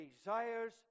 desires